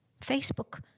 Facebook